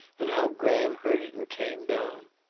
and how graham heard it and came down?